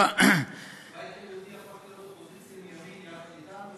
כשהבית היהודי יהפוך להיות אופוזיציה מימין יחד אתנו,